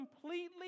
completely